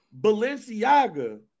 Balenciaga